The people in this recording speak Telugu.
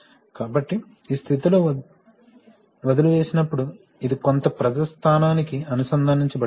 కాబట్టి ఈ స్థితిలో వదిలివేసినప్పుడు ఇది కొంత ప్రెషర్ స్థానానికి అనుసంధానించబడుతుంది